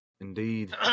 Indeed